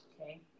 okay